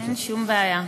אין שום בעיה.